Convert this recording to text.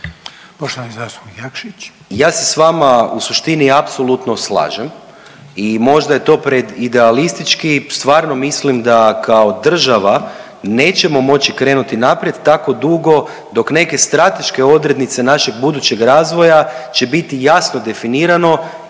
Mišel (SDP)** Ja se s vama u suštini apsolutno slažem i možda je to pred idealistički stvarno mislim da kao država nećemo moći krenuti naprijed tako dugo dok neke strateške odrednice našeg budućeg razvoja će biti jasno definirano